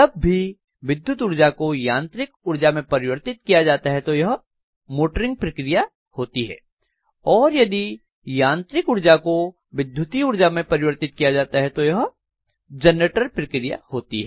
जब भी विद्युत ऊर्जा को यांत्रिक ऊर्जा में परिवर्तित किया जाता है तो यह मोटरिंग प्रक्रिया होती है और यदि यांत्रिक ऊर्जा को विद्युत ऊर्जा में परिवर्तित किया जाता है तो यह जनरेटर प्रक्रिया होती है